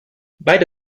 beide